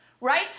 right